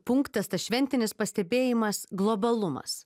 punktas tas šventinis pastebėjimas globalumas